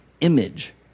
image